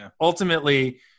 Ultimately